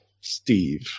Steve